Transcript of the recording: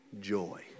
joy